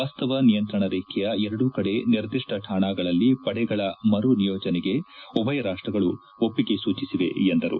ವಾಸ್ತವ ನಿಯಂತ್ರಣ ರೇಖೆಯ ಎರಡೂ ಕಡೆ ನಿರ್ದಿಷ್ಟ ಠಾಣಾಗಳಲ್ಲಿ ಪಡೆಗಳ ಮರುನಿಯೋಜನೆಗೆ ಉಭಯ ರಾಷ್ಟಗಳು ಒಪ್ಪಿಗೆ ಸೂಚಿಸಿವೆ ಎಂದರು